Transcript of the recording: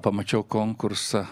pamačiau konkursą